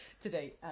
Today